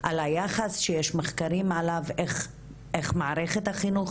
על היחס שיש מחקרים עליו איך מערכת החינוך